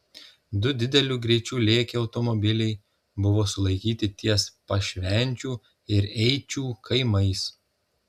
du dideliu greičiu lėkę automobiliai buvo sulaikyti ties pašvenčių ir eičių kaimais